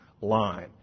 line